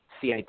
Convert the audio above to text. CIT